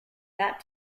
fat